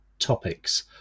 topics